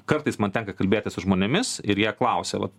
kartais man tenka kalbėti su žmonėmis ir jie klausia vat